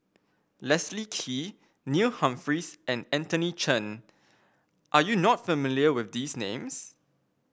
Leslie Kee Neil Humphreys and Anthony Chen are you not familiar with these names